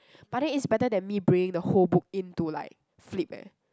but then it's better than me bringing the whole book in to like flip eh